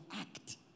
act